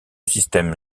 système